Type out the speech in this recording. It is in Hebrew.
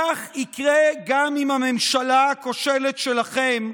כך יקרה גם עם הממשלה הכושלת שלכם,